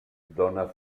dóna